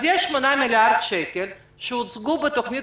אז יש 8 מיליארד שקלים שהוצגו בתוכנית